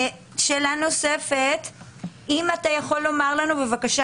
שאלה נוספת היא אם אתה יכול לומר לנו בבקשה